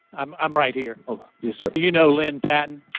i'm i'm right here oh, yes, sir do you know lynne patton?